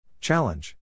Challenge